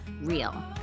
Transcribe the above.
real